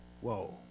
whoa